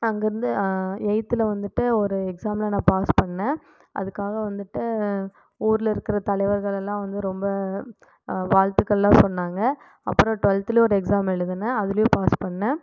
அங்கேருந்து எயித்தில் வந்துட்டு ஒரு எக்ஸாமில் நான் பாஸ் பண்ணிணேன் அதுக்காக வந்துட்டு ஊரில் இருக்கிற தலைவர்களெல்லாம் வந்து ரொம்ப வாழ்த்துக்கள்லாம் சொன்னாங்கள் அப்புறம் டுவெல்த்துலயும் ஒரு எக்ஸாம் எழுதுனேன் அதுலேயும் பாஸ் பண்ணிணேன்